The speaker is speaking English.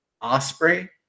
Osprey